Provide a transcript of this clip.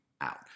out